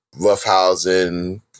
roughhousing